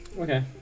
Okay